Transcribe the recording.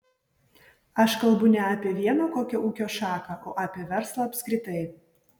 aš kalbu ne apie vieną kokią ūkio šaką o apie verslą apskritai